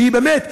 שבאמת,